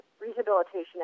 rehabilitation